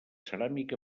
ceràmica